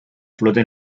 flota